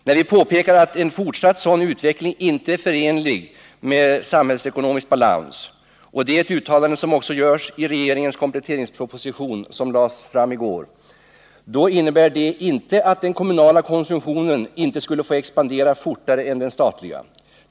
När vi påpekar att en fortsatt sådan utveckling inte är förenlig med samhällsekonomisk balans — och det är ett uttalande som också görs i regeringens kompletteringsproposition som lades fram i går — då innebär det inte att den kommunala konsumtionen ej skulle få expandera fortare än den statliga.